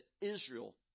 Israel